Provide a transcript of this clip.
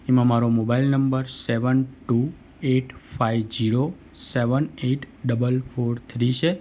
એમાં મારો mobile number seven two eight five zero seven eight double four three છે